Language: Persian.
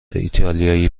ایتالیایی